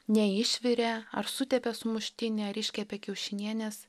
neišvirė ar sutepė sumuštinį ar iškepė kiaušinienės